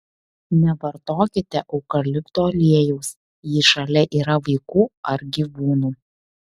nevartokite eukalipto aliejaus jei šalia yra vaikų ar gyvūnų